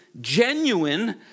genuine